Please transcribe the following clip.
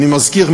אני מזכיר,